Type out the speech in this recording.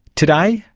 today,